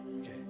Okay